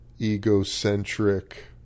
egocentric